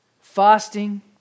Fasting